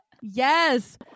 Yes